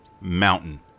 mountain